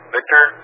Victor